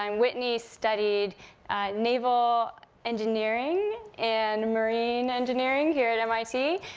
um whitney studied naval engineering, and marine engineering here at mit.